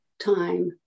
time